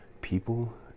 people